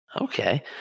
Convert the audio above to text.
Okay